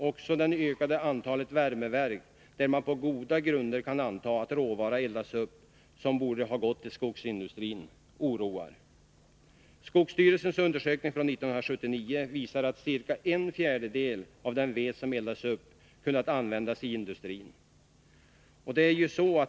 Också det ökande antalet värmeverk oroar, eftersom man på goda grunder kan anta att råvara som borde ha gått till skogsindustrin eldas upp där. Skogsstyrelsens undersökning från 1979 visar att ca en fjärdedel av den ved som eldas upp hade kunnat användas i industrin.